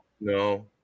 No